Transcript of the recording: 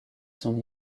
son